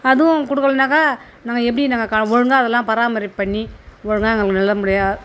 அதுவும் கொடுக்கலனாக்கா நாங்கள் எப்படி நாங்கள் கா ஒழுங்காக அதெல்லாம் பராமரிப்பு பண்ணி ஒழுங்காக எங்களுக்கு நல்ல முறையாக